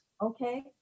Okay